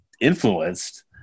influenced